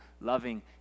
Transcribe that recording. loving